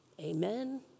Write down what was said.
Amen